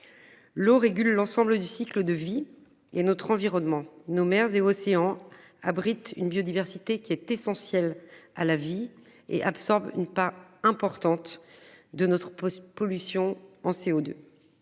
L'eau régule l'ensemble du cycle de vie et notre environnement, nos mers et océans abritent une biodiversité qui est essentiel à la vie et absorbe une part importante de notre pause pollution en CO2.